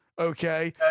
Okay